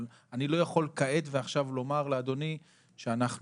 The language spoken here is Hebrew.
אבל אני לא יכול כעת ועכשיו לומר לאדוני שאנחנו